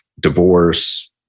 divorce